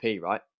right